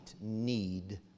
need